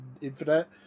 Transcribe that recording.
Infinite